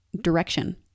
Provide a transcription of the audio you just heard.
direction